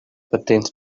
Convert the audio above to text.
pertains